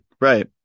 Right